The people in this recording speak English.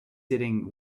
sitting